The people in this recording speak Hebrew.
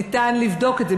אפשר לבדוק את זה.